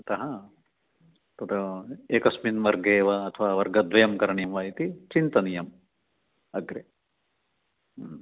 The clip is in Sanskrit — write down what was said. अतः तत् एकस्मिन् वर्गे वा अथवा वर्गद्वयं करणीयं वा इति चिन्तनीयम् अग्रे